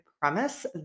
premise